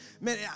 Man